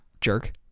Jerk